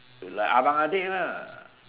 like abang adik lah